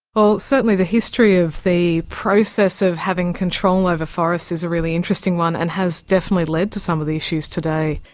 well, certainly the history of the process of having control over forests is a really interesting one and has definitely led to some of the issues today.